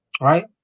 right